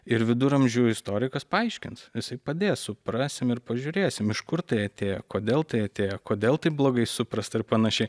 ir viduramžių istorikas paaiškins jisai padės suprasim ir pažiūrėsim iš kur tai atėjo kodėl tai atėjo kodėl taip blogai suprasta ir panašiai